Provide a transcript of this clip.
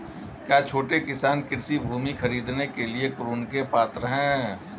क्या छोटे किसान कृषि भूमि खरीदने के लिए ऋण के पात्र हैं?